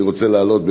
אני רוצה להעלות,